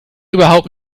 überhaupt